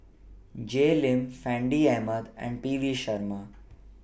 Jay Lim Fandi Ahmad and P V Sharma